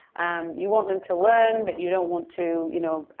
um you want them to learn, but you don't want to you know